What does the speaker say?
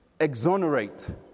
exonerate